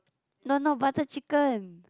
no no butter chicken